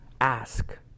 ask